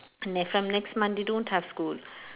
and then from next month they don't have school